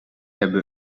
hebben